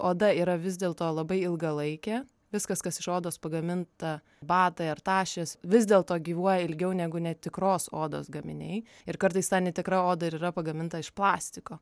oda yra vis dėlto labai ilgalaikė viskas kas iš odos pagaminta batai ar tašės vis dėlto gyvuoja ilgiau negu netikros odos gaminiai ir kartais ta netikra oda ir yra pagaminta iš plastiko